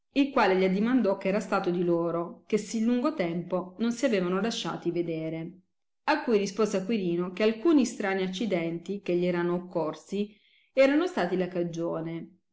il quale gli addimandò che era stato di loro che sì lungo tempo non si avevano lasciati vedere a cui rispose acquirino che alcuni strani accidenti che gli erano occorsi erano stati la cagione